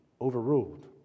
overruled